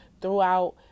throughout